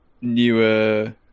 newer